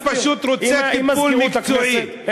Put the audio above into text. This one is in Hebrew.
אני פשוט רוצה טיפול מקצועי.